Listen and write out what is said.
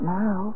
now